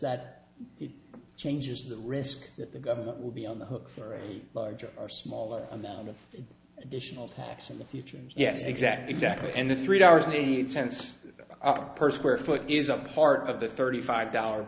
it changes the risk that the government will be on the hook for a larger or smaller amount of additional tax in the future yes exactly exactly and the three dollars need sense up per square foot is a part of the thirty five dollar